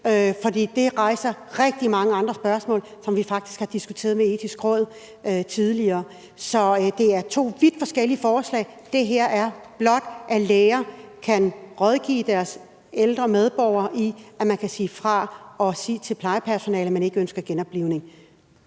For det rejser rigtig mange andre spørgsmål, som vi faktisk har diskuteret med Det Etiske Råd tidligere. Så det er to vidt forskellige forslag. Det her er blot, at læger kan rådgive deres ældre patienter om, at man kan sige fra og sige til plejepersonalet, at man ikke ønsker genoplivning.